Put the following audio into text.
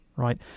right